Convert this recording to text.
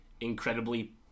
incredibly